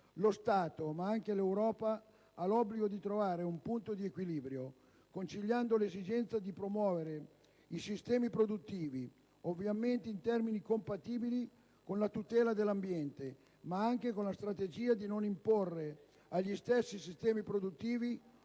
Lo Stato, ma anche l'Europa, ha l'obbligo di trovare un punto di equilibrio, conciliando l'esigenza di promuovere i sistemi produttivi, ovviamente in termini compatibili con la tutela dell'ambiente, ma anche con la strategia di non imporre agli stessi sistemi produttivi oneri